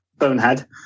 Bonehead